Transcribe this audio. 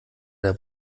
der